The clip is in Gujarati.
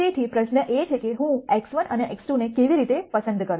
તેથી પ્રશ્ન એ છે કે હું x1 અને x2 ને કેવી રીતે પસંદ કરું